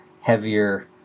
heavier